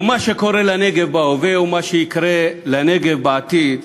ומה שקורה לנגב בהווה, ומה שיקרה לנגב בעתיד,